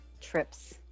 trips